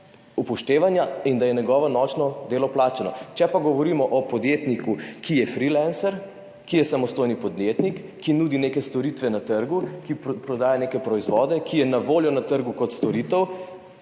upoštevana in da je njegovo nočno delo plačano. Če pa govorimo o podjetniku, ki je freelancer, ki je samostojni podjetnik, ki nudi neke storitve na trgu, ki prodaja neke proizvode, ki so na voljo na trgu kot storitev,